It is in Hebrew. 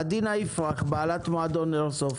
עדינה איפרח בעלת מועדון איירסופט,